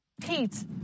Pete